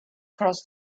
cross